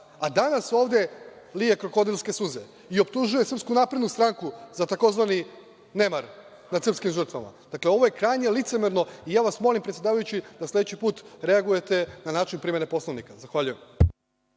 A danas ovde lije krokodilske suze i optužuje SNS za tzv. nemar nad srpskim žrtvama. Dakle, ovo je krajnje licemerno i ja vas molim, predsedavajući, da sledeći put reagujete na način primene Poslovnika. Zahvaljujem.